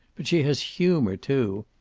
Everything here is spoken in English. but she has humor, too.